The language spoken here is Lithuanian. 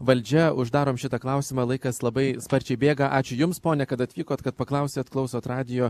valdžia uždarom šitą klausimą laikas labai sparčiai bėga ačiū jums pone kad atvykot kad paklausėt klausot radijo